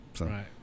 Right